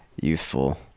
youthful